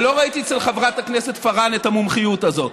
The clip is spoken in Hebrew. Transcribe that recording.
ולא ראיתי אצל חברת הכנסת פארן את המומחיות הזאת.